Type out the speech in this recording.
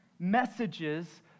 messages